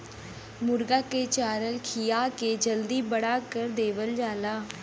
मुरगा के चारा खिया के जल्दी बड़ा कर देवल जाला